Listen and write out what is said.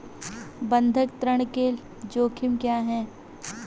बंधक ऋण के जोखिम क्या हैं?